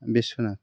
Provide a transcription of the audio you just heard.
Biswanath